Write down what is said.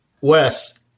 Wes